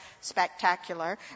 spectacular